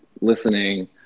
listening